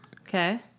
Okay